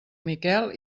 miquel